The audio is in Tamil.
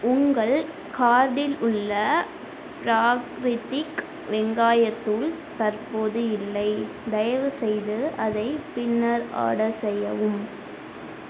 உங்கள் கார்ட்டில் உள்ள பிராக்ரிதிக் வெங்காயத் தூள் தற்போது இல்லை தயவுசெய்து அதை பின்னர் ஆர்டர் செய்யவும்